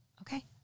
okay